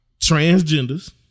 transgenders